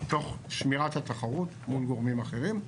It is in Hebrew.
תוך שמירת התחרות מול גורמים אחרים,